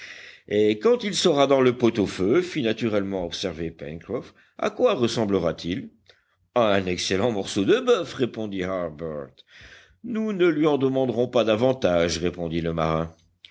et quand il sera dans le pot-au-feu fit naturellement observer pencroff à quoi ressemblera t il à un excellent morceau de boeuf répondit harbert nous ne lui en demanderons pas davantage répondit le marin